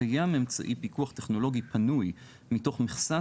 קיים אמצעי פיקוח טכנולוגי פנוי מתוך מכסת